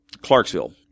clarksville